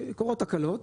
קורות תקלות,